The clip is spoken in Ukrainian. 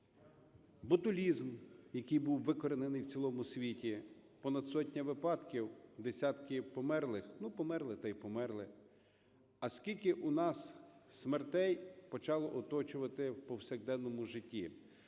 Ботулізм, який був викоренений в цілому світі, понад сотня випадків, десятки померлих. Ну, померли - та й померли. А скільки у нас смертей почало оточувати в повсякденному житті?